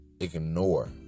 ignore